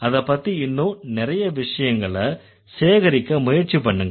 அதைப்பத்தி இன்னும் நிறைய விஷயங்களை சேகரிக்க முயற்சி பண்ணுங்க